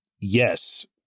yes